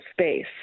space